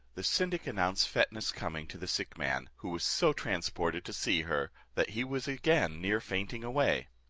the syndic announced fetnah's coming to the sick man, who was so transported to see her, that he was again near fainting away,